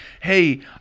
hey